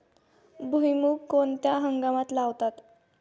भुईमूग कोणत्या हंगामात लावतात?